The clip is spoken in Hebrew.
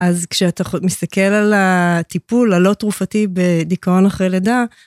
אז כשאתה מסתכל על הטיפול הלא תרופתי בדיכאון אחרי לידה...